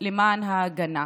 למען ההגנה.